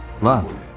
Love